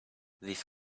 this